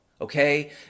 Okay